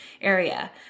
area